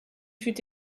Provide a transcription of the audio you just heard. fut